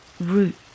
Root